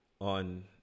on